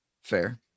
Fair